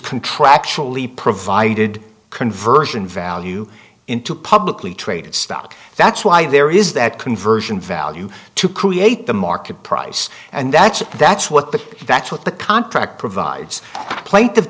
contractually provided conversion value into publicly traded stock that's why there is that conversion value to create the market price and that's it that's what the that's what the contract provides pla